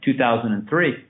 2003